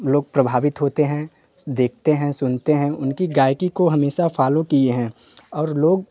लोग प्रभावित होते हैं देखते हैं सुनते हैं उनकी गायकी को हमेशा फॉलो किए हैं और लोग